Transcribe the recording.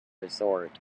resort